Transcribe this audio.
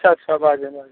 अच्छा अच्छा बाजऽ